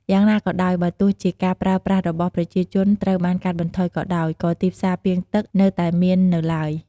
យ៉ាងណាក៏ដោយ បើទោះជាការប្រើប្រាស់របស់ប្រជាជនត្រូវបានកាត់បន្ថយក៏ដោយ ក៏ទីផ្សារពាងទឹកនៅតែមាននៅឡើយ។